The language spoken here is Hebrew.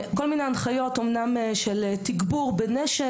ואמנם יש כל מיני הנחיות ותגבור אבטחה בנשק,